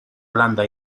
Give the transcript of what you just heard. holanda